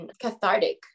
cathartic